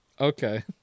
Okay